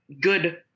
good